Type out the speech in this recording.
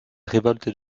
révolte